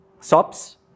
SOPs